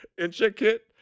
intricate